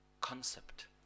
concept